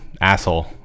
asshole